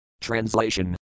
Translation